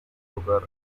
hogar